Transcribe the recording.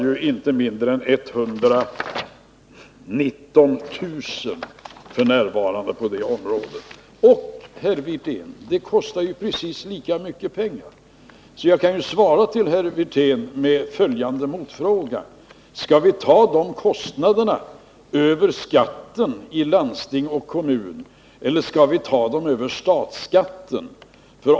Inte mindre än 119 000 människor arbetar ju f. n. på det området. Dessutom, herr Wirtén: det kostar precis lika mycket pengar. Jag kan därför svara herr Wirtén med följande motfråga: Skall vi täcka de kostnaderna över skatten till landsting och kommun, eller skall vi täcka dem över statsskatten?